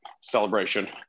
celebration